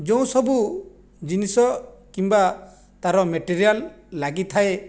ଯେଉଁ ସବୁ ଜିନିଷ କିମ୍ବା ତାର ମେଟେରିଆଲ ଲାଗିଥାଏ